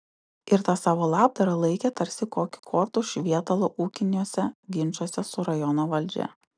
ir tą savo labdarą laikė tarsi kokį kortų švietalą ūkiniuose ginčuose su rajono valdžia